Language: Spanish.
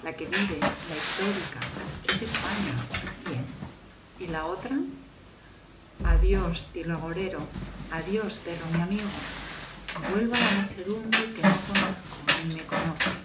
la que vive la histórica es españa bien y la otra adiós tilo agorero adiós perro mi amigo vuelvo á la muchedumbre que no conozco ni me conoce